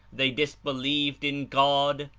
they disbelieved in god,